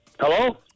Hello